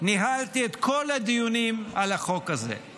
ניהלתי את כל הדיונים על החוק הזה,